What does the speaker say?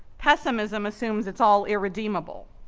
pessimism assumes it's all irredeemable.